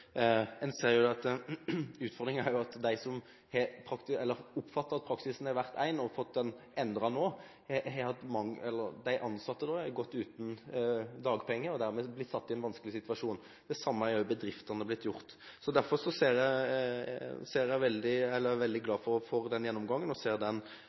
er at der de har oppfattet at det har vært én praksis og nå har fått den endret, har de ansatte gått uten dagpenger og dermed blitt satt i en vanskelig situasjon. Det samme har bedriftene blitt. Derfor er jeg veldig glad for den gjennomgangen og ønsker den velkommen. Det jeg også ønsker å utfordre statsråden på, er